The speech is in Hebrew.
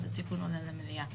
אז התיקון עולה למליאה.